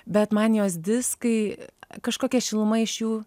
bet man jos diskai kažkokia šiluma iš jų